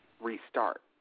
restart